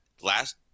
last